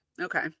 Okay